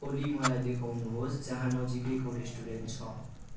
ओली मलाई देखाउनुहोस् जहाँ नजिकैको रेस्टुरेन्ट छ